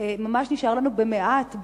שממש נשארו לנו במעט,